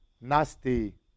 nasty